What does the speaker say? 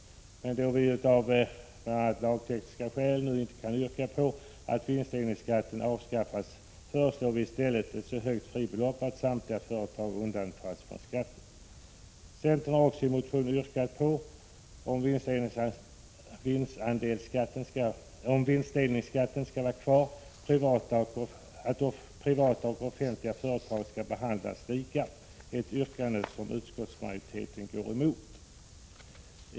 Då vi av bl.a. lagtekniska skäl nu inte kan yrka att vinstdelningsskatten avskaffas, föreslår vi i stället ett så högt fribelopp att samtliga företag undantas från skatten. Centern har också i motionen yrkat att — om vinstdelningsskatten skall vara kvar — privata och offentliga företag skall behandlas lika. Detta yrkande går utskottsmajoriteten emot.